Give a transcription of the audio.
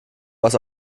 was